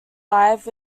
live